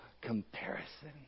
comparison